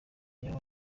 niyo